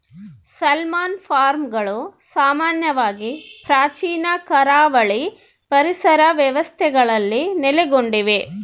salmon ಫಾರ್ಮ್ಗಳು ಸಾಮಾನ್ಯವಾಗಿ ಪ್ರಾಚೀನ ಕರಾವಳಿ ಪರಿಸರ ವ್ಯವಸ್ಥೆಗಳಲ್ಲಿ ನೆಲೆಗೊಂಡಿವೆ